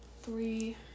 Three